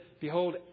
Behold